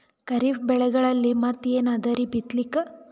ಖರೀಫ್ ಬೆಳೆಗಳಲ್ಲಿ ಮತ್ ಏನ್ ಅದರೀ ಬಿತ್ತಲಿಕ್?